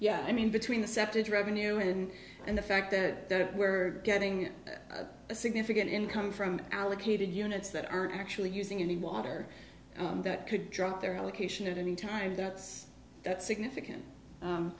yeah i mean between the septic revenue in and the fact that we were getting a significant income from allocated units that are actually using any water that could drop their allocation at any time that's that significant